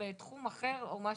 בתחום אחר או משהו.